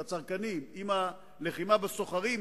את הצרכנים עם הלחימה בסוחרים,